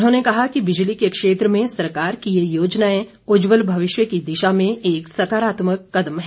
उन्होंने कहा कि बिजली के क्षेत्र में सरकार की ये योजनाएं उज्जवल भविष्य की दिशा में एक सकारात्मक कदम है